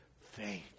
faith